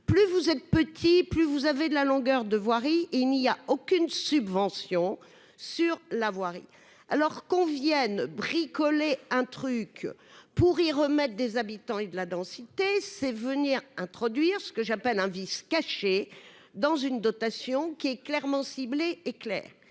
plus vous êtes petits, plus vous avez de la longueur de voirie : il n'y a aucune subvention sur la voirie, alors qu'on vienne bricoler un truc pour y remettent des habitants et de la densité c'est venir introduire ce que j'appelle un vice caché dans une dotation qui est clairement ciblé clair